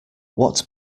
what